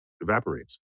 evaporates